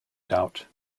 doubt